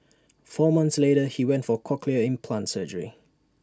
four months later he went for cochlear implant surgery